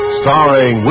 starring